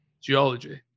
Geology